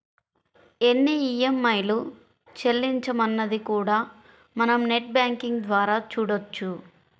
ఎన్ని ఈఎంఐలు చెల్లించామన్నది కూడా మనం నెట్ బ్యేంకింగ్ ద్వారా చూడొచ్చు